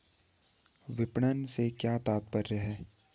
विपणन से क्या तात्पर्य है?